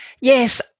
Yes